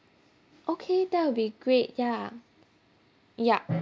okay that will be great ya yup